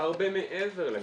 הרבה מעבר לגידול באוכלוסייה.